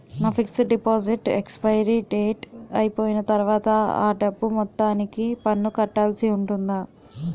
నా fixed deposit expiry date అయిపోయిన తర్వాత అ డబ్బు మొత్తానికి పన్ను కట్టాల్సి ఉంటుందా?